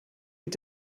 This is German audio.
mit